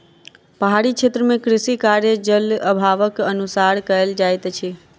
पहाड़ी क्षेत्र मे कृषि कार्य, जल अभावक अनुसार कयल जाइत अछि